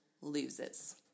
loses